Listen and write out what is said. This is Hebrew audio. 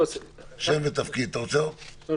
אין